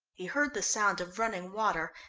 he heard the sound of running water,